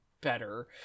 better